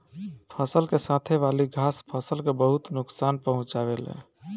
फसल के साथे वाली घास फसल के बहुत नोकसान पहुंचावे ले